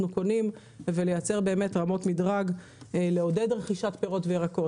קונים ולייצר באמת רמות מדרג לעודד רכישת פירות וירקות,